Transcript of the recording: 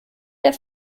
der